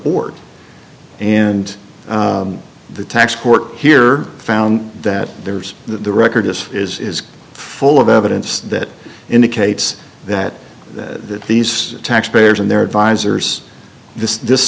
board and the tax court here found that there's the record this is full of evidence that indicates that that these taxpayers and their advisors this this